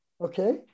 Okay